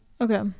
Okay